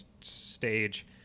stage